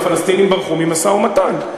הפלסטינים ברחו ממשא-ומתן.